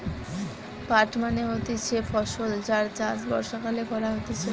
পাট মানে হতিছে ফসল যার চাষ বর্ষাকালে করা হতিছে